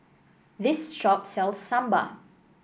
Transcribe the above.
this shop sells Sambar